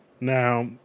Now